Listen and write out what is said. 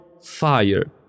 fire